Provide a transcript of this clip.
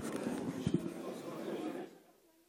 נקיים דיון בהצעות לסדר-היום